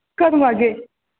तुस कदूं औगे